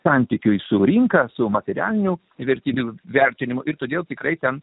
santykiui su rinka su materialinių vertybių vertinimo ir todėl tikrai ten